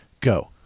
go